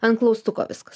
ant klaustuko viskas